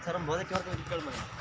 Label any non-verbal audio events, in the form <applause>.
सर्वं बोधा किमर्थं इति केळ् <unintelligible>